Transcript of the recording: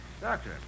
Doctor